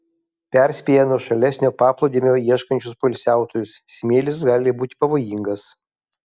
perspėja nuošalesnio paplūdimio ieškančius poilsiautojus smėlis gali būti pavojingas